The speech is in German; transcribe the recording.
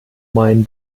mein